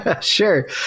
Sure